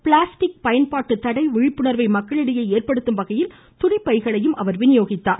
plastic பயன்பாட்டு தடை விழிப்புணர்வை மக்களிடையே ஏற்படுத்தும் வகையில் துணிப்பைகளையும் அவர் வினியோகித்தார்